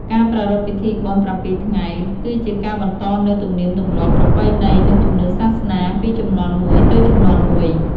ការប្រារព្ធពិធីបុណ្យប្រាំពីរថ្ងៃ គឺជាការបន្តនូវ ទំនៀមទម្លាប់ ប្រពៃណី និងជំនឿសាសនា ពីជំនាន់មួយទៅមួយជំនាន់។